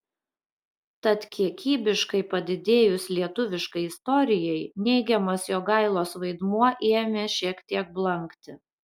tad kiekybiškai padidėjus lietuviškai istorijai neigiamas jogailos vaidmuo ėmė šiek tiek blankti